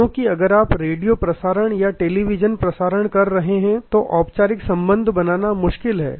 क्योंकि अगर आप रेडियो प्रसारण या टेलीविज़न प्रसारण कर रहे हैं तो औपचारिक संबंध बनाना मुश्किल है